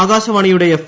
ആകാശവാണിയുടെ എഫ്